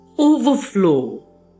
overflow